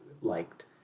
liked